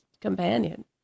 companion